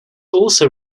also